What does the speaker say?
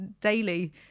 daily